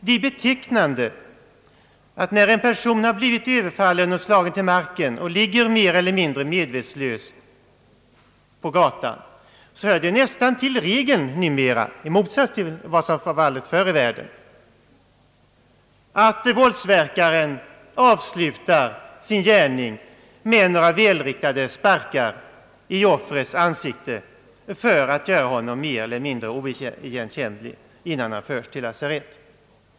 Det är betecknande att när en person har blivit överfallen och slagen till marken och ligger mer eller mindre medvetslös på gatan så hör det nästan till regeln numera, i motsats till vad som var fallet förr i världen, att våldsverkaren avslutar sin gärning med några välriktade sparkar i offrets ansikte för att göra honom mer eller mindre oigenkännlig innan han förs till lasarettet.